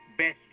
best